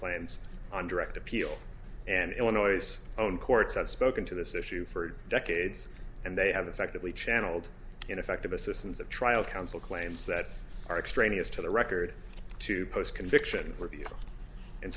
plans on direct appeal and illinois own courts have spoken to this issue for decades and they have effectively channeled ineffective assistance of trial counsel claims that are extraneous to the record to post conviction review and